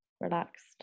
relaxed